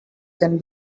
can